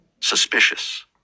suspicious